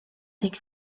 avec